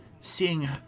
seeing